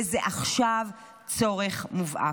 וזה עכשיו צורך מובהק.